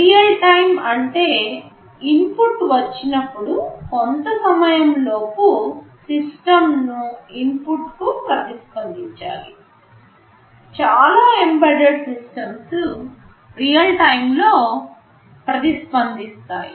real time అంటే input వచ్చినప్పుడు కొంత నిర్దిష్టమైన సమయం లోపు సిస్టమ్ ఆ ఇన్పుట్కు ప్రతిస్పందించాలి చాలా ఎంబెడెడ్ సిస్టమ్స్ రియల్ టైమ్ లో ప్రతిస్పందిస్తాయి